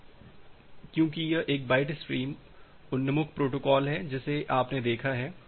तो क्योंकि यह एक बाइट स्ट्रीम उन्मुख प्रोटोकॉल है जिसे आपने देखा है